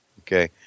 Okay